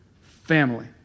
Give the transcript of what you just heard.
family